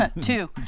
two